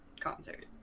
Concert